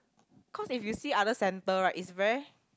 cause if you see other centre right is very